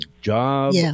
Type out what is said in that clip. job